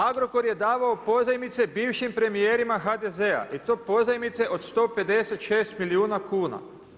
Agrokor je davao pozajmice bivšim premijerima HDZ-a i to pozajmice od 156 milijuna kuna.